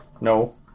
No